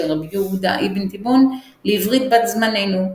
רבי יהודה אבן תיבון לעברית בת זמנינו,